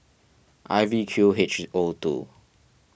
I V Q H O two